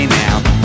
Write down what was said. now